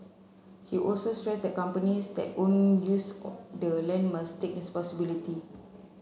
he also stressed that companies that own use or the land must take responsibility